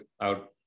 out